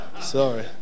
Sorry